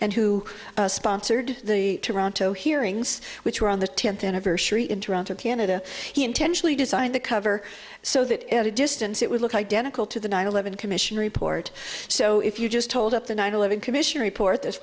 and who sponsored the toronto hearings which were on the tenth anniversary in toronto canada he intentionally designed the cover so that at a distance it would look identical to the nine eleven commission report so if you just hold up the nine eleven commission report this